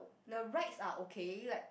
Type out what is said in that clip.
the rides are okay like